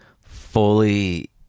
fully